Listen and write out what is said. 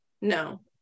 No